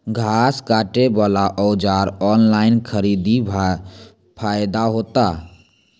घास काटे बला औजार ऑनलाइन खरीदी फायदा होता?